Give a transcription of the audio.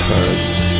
Turns